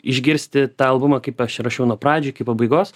išgirsti tą albumą kaip aš rašiau nuo pradžių iki pabaigos